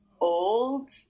old